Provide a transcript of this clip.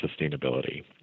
sustainability